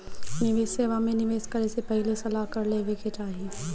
निवेश सेवा में निवेश करे से पहिले सलाह कर लेवे के चाही